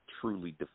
truly